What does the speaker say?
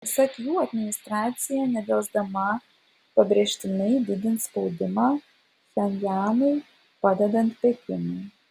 pasak jų administracija nedelsdama ir pabrėžtinai didins spaudimą pchenjanui padedant pekinui